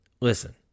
listen